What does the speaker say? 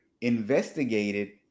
investigated